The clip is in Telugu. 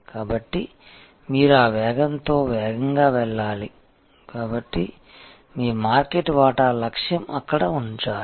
కాబట్టి మీరు ఆ వేగంతో వేగంగా వెళ్లాలి కాబట్టి మీ మార్కెట్ వాటా లక్ష్యం అక్కడ ఉండాలి